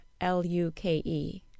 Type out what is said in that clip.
L-U-K-E